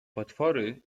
potwory